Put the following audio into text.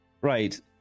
right